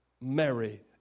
Mary